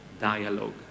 dialogue